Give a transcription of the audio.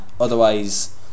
Otherwise